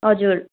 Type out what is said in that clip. हजुर